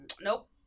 nope